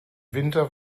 winter